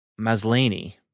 Maslany